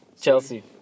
Chelsea